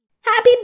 Happy